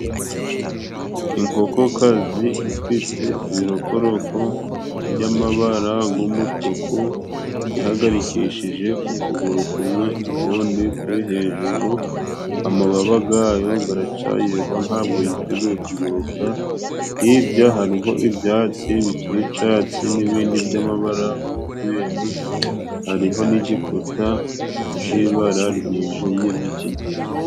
Inkokokazi ifite ibirokoroko by'amabara g'umutuku ihagarikishije ukuguru kumwe ukundi kuri hejuru amababa gayo garacayiriho ntabwo yiteguye kuguruka hirya hariho ibyatsi bikiri icatsi n'ibindi by'amabara g'umweru hariho n'igikuta c'ibara ryijimye ry'ikigina.